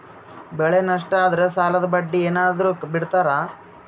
ಬೆಳೆ ನಷ್ಟ ಆದ್ರ ಸಾಲದ ಬಡ್ಡಿ ಏನಾದ್ರು ಬಿಡ್ತಿರಾ?